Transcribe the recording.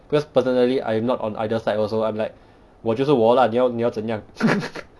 because personally I am not on either side also I'm like 我就是我 lah 你要你要怎样